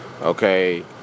Okay